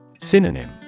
Synonym